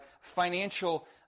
financial